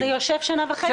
זה יושב כבר שנה וחצי,